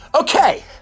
Okay